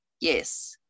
Yes